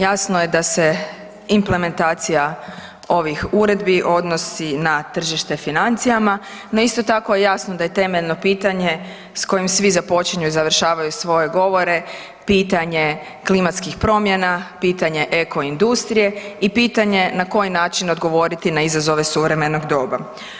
Jasno je da se implementacija ovih uredbi odnosi na tržište financijama, no isto tako je jasno da je temeljno pitanje s kojim svi započinju i završavaju svoje govore pitanje klimatskih promjena, pitanje eko industrije i pitanje na koji način odgovoriti na izazove suvremenog doba.